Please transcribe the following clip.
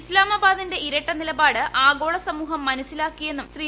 ഇസ്ലാമാബാദിന്റെ ഇരട്ടനിലപാട് ആഗോളസമൂഹം മനസ്സിലാക്കിയെന്നും ശ്രീ